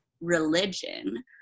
religion